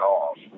off